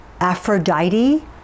Aphrodite